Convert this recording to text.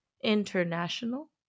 international